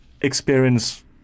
experience